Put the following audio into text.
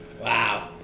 Wow